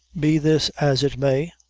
be this as it may,